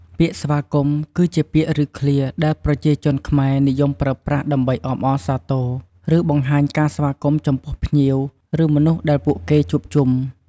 ពាក្យស្វាគមន៍គឺជាពាក្យឬឃ្លាដែលប្រជាជនខ្មែរនិយមប្រើប្រាស់ដើម្បីអបអរសាទរ ឬបង្ហាញការស្វាគមន៍ចំពោះភ្ញៀវ ឬមនុស្សដែលពួកគេជួបជុំ។